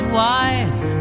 wise